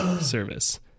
service